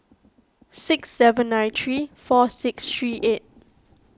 six seven nine three four six three eight